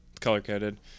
Color-coded